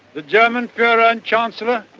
the german fuhrer and chancellor,